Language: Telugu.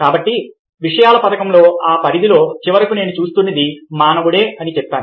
కాబట్టి విషయాల పథకంలో ఆ పరిధిలో చివరకు నేను చూస్తున్నది మానవుడే అని చెప్పాను